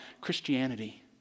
Christianity